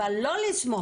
אבל לא לסמוך,